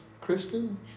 Christian